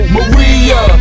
Maria